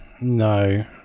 No